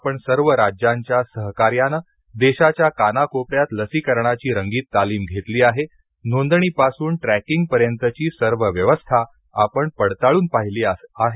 आपण सर्व राज्यांच्या सहकार्याने देशाच्या कानाकोपऱ्यात लसीकरणाची रंगीत तालीम घेतली आहे नोंदणी पासून ट्रॅकिंग पर्यंतची सर्व व्यवस्था आपण पडताळून पाहिली आहे